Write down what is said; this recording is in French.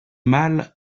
mâle